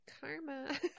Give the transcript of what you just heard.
Karma